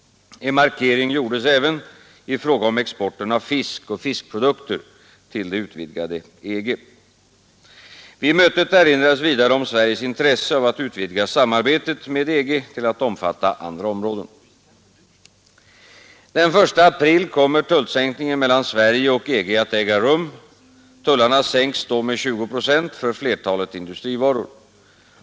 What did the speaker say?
En markering gjordes även i fråga om exporten av fisk och fiskprodukter till det utvidgade EG. Vid mötet erinrades vidare om Sveriges intresse av att utvidga samarbetet med EG till att omfatta andra områden, Den 1 april kommer tullsänkningen mellan Sverige och EG att äga rum. Tullarna sänks då med 20 procent för flertalet industrivaror.